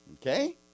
Okay